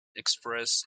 express